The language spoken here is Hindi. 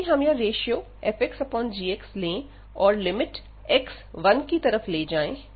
यदि हम यह रेश्यो fxgx ले और लिमिट x 1 की तरफ ले जाएं